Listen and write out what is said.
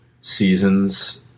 seasons